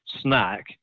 snack